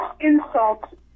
insult